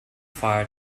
far